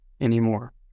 anymore